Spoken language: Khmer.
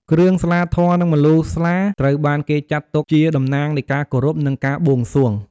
គ្រឿងស្លាធម៌ និងម្លូស្លា ត្រូវបានគេចាត់ទុកជា តំណាងនៃការគោរព និង ការបួងសួង។